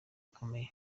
ikomeye